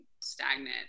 stagnant